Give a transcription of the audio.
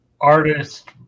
artist